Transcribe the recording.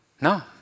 No